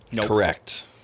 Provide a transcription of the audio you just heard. Correct